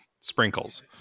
sprinkles